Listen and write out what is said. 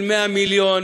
של 100 מיליון,